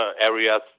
areas